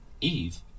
Eve